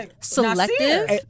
selective